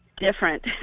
different